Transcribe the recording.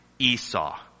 Esau